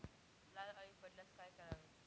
लाल अळी पडल्यास काय करावे?